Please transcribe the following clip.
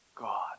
God